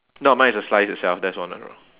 no mine is a slice itself that's one